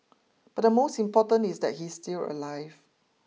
but the most important is that he is still alive